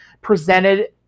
presented